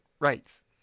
rights